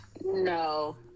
no